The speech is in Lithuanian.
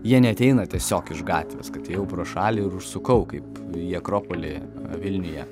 jie neateina tiesiog iš gatvės kad ėjau pro šalį ir užsukau kaip į akropolį vilniuje